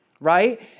right